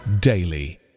daily